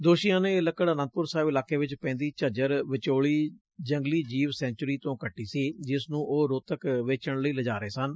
ਦੋਸ਼ੀਆਂ ਨੇ ਇਹ ਲੱਕੜ ਅਨੰਦਪੁਰ ਸਾਹਿਬ ਇਲਾਕੇ ਚ ਪੈਦੀ ਝੱਜਰ ਵਚੋਲੀ ਜੰਗਲੀ ਜੀਵ ਸੈਚੁਰੀ ਤੋ ਕੱਟੀ ਸੀ ਜਿਸ ਨੂੰ ਉਹ ਰੋਹਤਕ ਵੇਚਣ ਲਈ ਲਿਜਾ ਰਹੇ ਸਨ